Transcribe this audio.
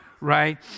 right